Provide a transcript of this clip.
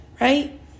right